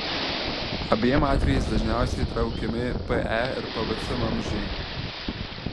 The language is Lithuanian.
abiem atvejais dažniausiai traukiami pe ir pvc vamzdžiai